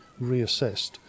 reassessed